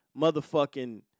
motherfucking